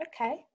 Okay